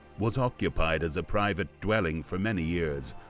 was occupied as a private dwelling for many years,